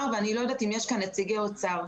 ואני לא יודעת אם נציגי האוצר נוכחים כאן.